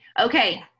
Okay